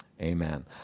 amen